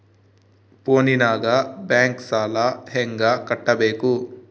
ಫೋನಿನಾಗ ಬ್ಯಾಂಕ್ ಸಾಲ ಹೆಂಗ ಕಟ್ಟಬೇಕು?